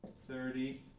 thirty